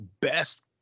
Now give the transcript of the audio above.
best